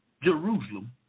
Jerusalem